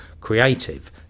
creative